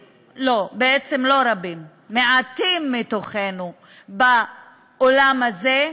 לא, בעצם לא רבים, מעטים מתוכנו באולם הזה,